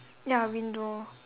ya window